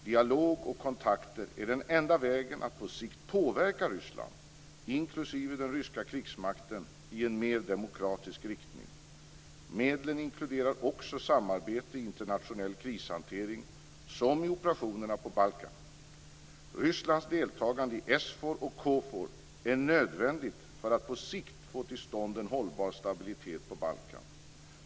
Dialog och kontakter är den enda vägen att på sikt påverka Ryssland, inklusive den ryska krigsmakten, i en mer demokratisk riktning. Medlen inkluderar också samarbete i internationell krishantering, som i operationerna på Balkan. Rysslands deltagande i SFOR och KFOR är nödvändigt för att på sikt få till stånd en hållbar stabilitet på Balkan.